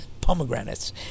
pomegranates